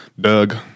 doug